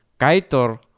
Kaitor